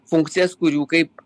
funkcijas kurių kaip